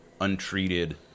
untreated